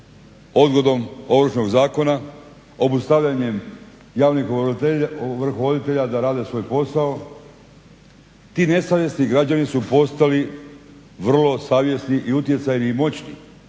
odgodom ovršnog zakona, obustavljanjem javnih ovrhovitelja da rade svoj posao. Ti nesavjesni građani su postali vrlo savjesni, i utjecajni i moćni,